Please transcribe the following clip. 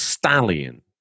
stallion